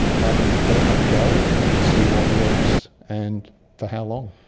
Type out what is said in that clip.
but you've got to have a go and see what works and for how long.